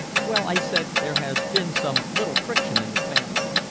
well, i said, there has been some little friction in the family,